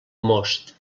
most